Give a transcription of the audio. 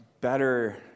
better